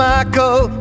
Michael